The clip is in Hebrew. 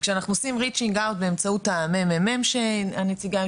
כשאנחנו עושים reaching out באמצעות המ.מ.מ שהנציגה שלו